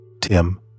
Tim